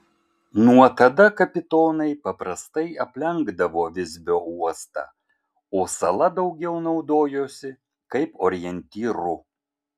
nuo tada kapitonai paprastai aplenkdavo visbio uostą o sala daugiau naudojosi kaip orientyru